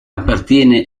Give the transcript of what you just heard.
appartiene